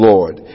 Lord